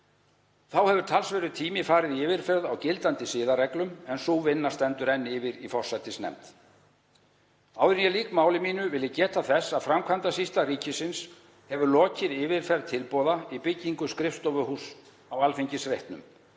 Þá hefur talsverður tími farið í yfirferð á gildandi siðareglum en sú vinna stendur enn yfir í forsætisnefnd. Áður en ég lýk máli mínu vil ég geta þess að Framkvæmdasýsla ríkisins hefur lokið yfirferð tilboða í byggingu skrifstofuhúss á Alþingisreitnum